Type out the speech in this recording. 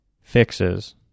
fixes